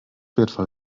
wertvoll